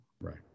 Right